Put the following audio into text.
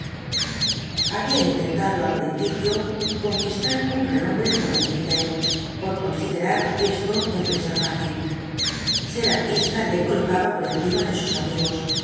había intentado al principio conquistar un renombre con el pincel por considerar esto empresa fácil ser artista le colocaba por encima de sus amigos